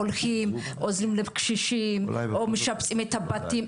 הולכים עוזרים לקשישים משפצים את הבתים,